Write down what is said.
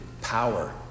power